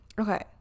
okay